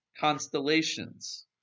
constellations